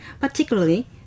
particularly